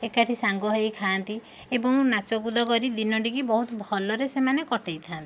ଏକାଠି ସାଙ୍ଗ ହୋଇ ଖାଆନ୍ତି ଏବଂ ନାଚ କୁଦ କରି ଦିନଟିକୁ ବହୁତ ଭଲରେ ସେମାନେ କଟେଇଥାନ୍ତି